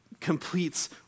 completes